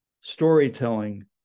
storytelling